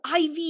IV